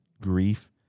grief